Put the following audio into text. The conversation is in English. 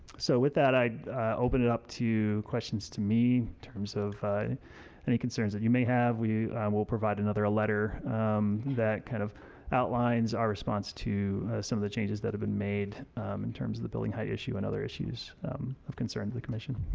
so with that, i open it up to questions to me, in terms of any concerns that you may have. we will provide another letter that kind of outlines our response to some of the changes that have been made in terms the building height issue and other issues of concern to the commission.